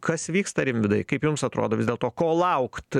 kas vyksta rimvydai kaip jums atrodo vis dėlto ko laukt